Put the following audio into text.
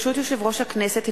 ברשות יושב-ראש הכנסת,